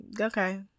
okay